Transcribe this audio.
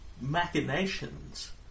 machinations